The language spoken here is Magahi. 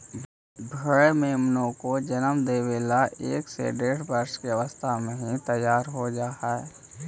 भेंड़ मेमनों को जन्म देवे ला एक से डेढ़ वर्ष की अवस्था में ही तैयार हो जा हई